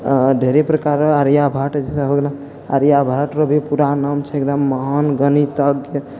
आ ढेरी प्रकार आर्यभट्ट जइसन हो गेलौ आर्यभट्ट भी पूरा नाम छै एकदम महान गणितज्ञ